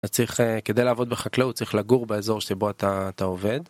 צריך כדי לעבוד בחקלאות צריך לגור באזור שבו אתה אתה עובד.